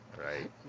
Right